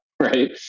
right